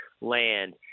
land